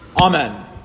Amen